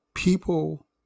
People